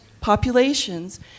populations